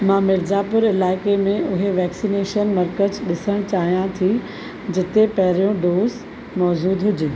मां मिर्ज़ापुर इलाइक़े में उहे वैक्सीनेशन मर्कज़ ॾिसणु चाहियां थी जिते पहिरियों डोज़ मौज़ूदु हुजे